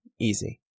Easy